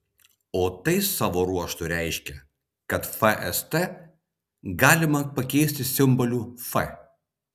o tai savo ruožtu reiškia kad fst galima pakeisti simboliu f